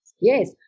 Yes